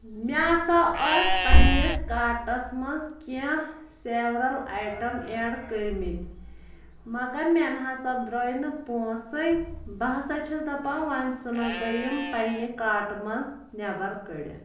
مےٚ ہسا ٲسۍ پنٛنِس کاٹس منٛز کیٚنٛہہ سیورَل آیٹم ایڈ کٔرمٕتۍ مگر مےٚ نَسا درٛٲے نہٕ پونٛسے بہٕ ہسا چھَس دَپان وۄنۍ ژھٕنَکھ بہٕ یِم پنٛنہِ کاٹہٕ منٛز نٮ۪بر کٔڑِتھ